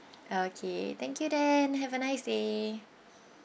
okay thank you then have a nice day